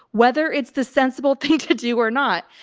whether it's the sensible thing to do or not.